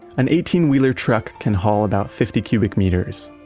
an eighteen wheeler truck can haul about fifty cubic meters.